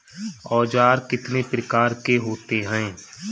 औज़ार कितने प्रकार के होते हैं?